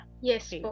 Yes